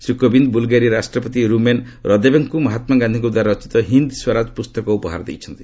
Shri Kovind Bulgaria ରାଷ୍ଟ୍ରପତି Rumen ରଦେବ୍ଙ୍କୁ ମହାତ୍ଲା ଗାନ୍ଧିଙ୍କ ଦ୍ୱାରା ରଚିତ ହିନ୍ଦ୍ ସ୍ୱରାଜ ପୁସ୍ତକ ଉପହାର ଦେଇଛନ୍ତି